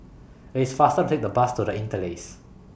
IT IS faster to Take The Bus to The Interlace